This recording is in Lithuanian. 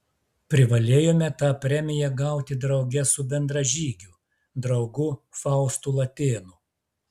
privalėjome tą premiją gauti drauge su bendražygiu draugu faustu latėnu